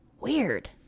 Weird